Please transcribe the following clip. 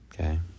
Okay